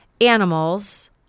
animals